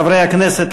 חברי הכנסת,